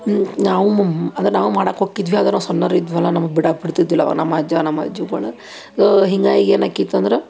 ನಾವು ಮುಮ್ ಅಂದ್ರೆ ನಾವು ಮಾಡೋಕೆ ಹೋಕ್ಕಿದ್ವಿ ಆದ್ರೆ ನಾವು ಸಣ್ಣವ್ರು ಇದ್ದೆವಲ್ಲ ನಮಗೆ ಬಿಡೋಕೆ ಬಿಡ್ತಿದ್ದಿಲ್ಲ ಅವಾಗ ನಮ್ಮಜ್ಜ ನಮ್ಮಜ್ಜಿಗಳ ಅದೂ ಹಿಂಗಾಗಿ ಏನಾಕ್ಕಿತ್ತಂದ್ರೆ